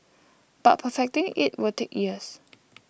but perfecting it will take years